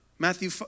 Matthew